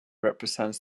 represents